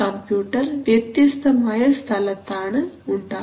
computer ഇവിടെ വ്യത്യസ്തമായ സ്ഥലത്താണ് ഉണ്ടാവുക